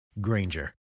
Granger